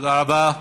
תודה רבה.